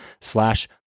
slash